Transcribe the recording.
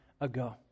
ago